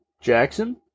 Jackson